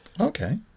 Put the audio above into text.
okay